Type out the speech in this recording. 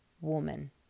woman